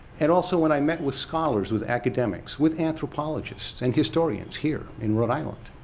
and also when i met with scholars, with academics, with anthropologists, and historians, here in rhode island,